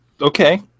Okay